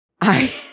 I-